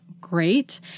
great